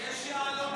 יש יהלומים.